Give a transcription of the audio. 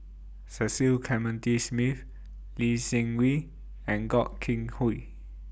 Cecil Clementi Smith Lee Seng Wee and Gog King Hooi